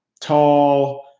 tall